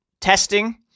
testing